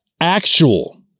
actual